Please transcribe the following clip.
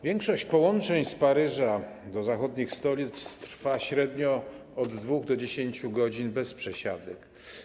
Większość połączeń z Paryża do zachodnich stolic trwa średnio od 2 do 10 godzin bez przesiadek.